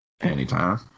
Anytime